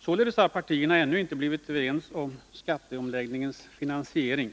Således har partierna ännu inte blivit överens om skatteomläggningens finansiering.